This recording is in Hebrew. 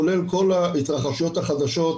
כולל כל ההתרחשויות החדשות,